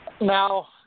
Now